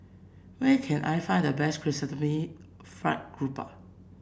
where can I find the best Chrysanthemum Fried Garoupa